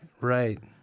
Right